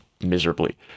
miserably